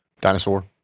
dinosaur